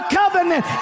covenant